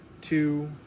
two